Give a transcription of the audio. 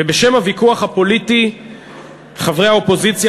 ובשם הוויכוח הפוליטי חברי האופוזיציה